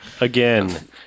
again